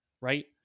right